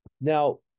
Now